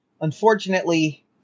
unfortunately